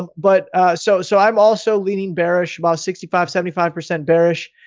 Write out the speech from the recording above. um but so so i'm also leaning bearish about sixty five seventy five percent bearish.